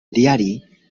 diari